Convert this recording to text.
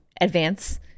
advance